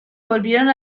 volvieron